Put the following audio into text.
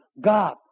God